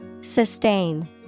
Sustain